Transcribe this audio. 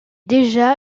déjà